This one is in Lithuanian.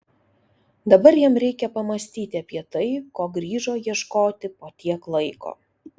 dabar jam reikia pamąstyti apie tai ko grįžo ieškoti po tiek laiko